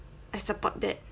I support that